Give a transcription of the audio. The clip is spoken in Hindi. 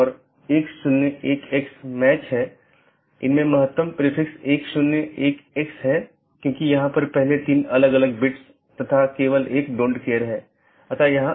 और जैसा कि हम समझते हैं कि नीति हो सकती है क्योंकि ये सभी पाथ वेक्टर हैं इसलिए मैं नीति को परिभाषित कर सकता हूं कि कौन पारगमन कि तरह काम करे